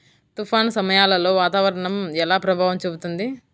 తుఫాను సమయాలలో వాతావరణం ఎలా ప్రభావం చూపుతుంది?